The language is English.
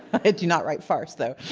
i do not write farce, though.